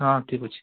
ହଁ ଠିକ୍ ଅଛି